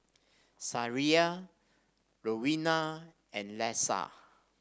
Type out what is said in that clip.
Sariah Rowena and Leisa